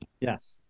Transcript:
Yes